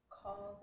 call